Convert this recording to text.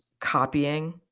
copying